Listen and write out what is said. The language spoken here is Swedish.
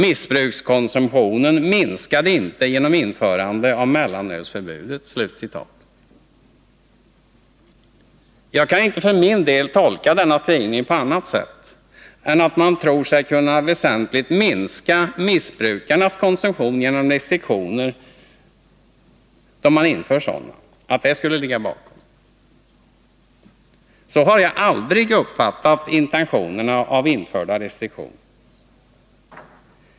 Missbrukskonsumtionen minskade inte genom införande av mellanölsförbudet.” Jag kan för min delinte tolka denna skrivning på annat sätt än att de som är för vissa förbud skulle tro sig kunna väsentligt minska missbrukarnas konsumtion genom restriktioner. Det skulle alltså ligga bakom införandet av sådana. Så har jag aldrig uppfattat intentionerna med införda restriktioner.